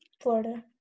Florida